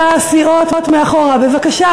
הסיעות מאחורה, בבקשה.